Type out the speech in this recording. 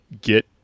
get